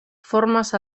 formaz